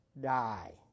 die